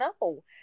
No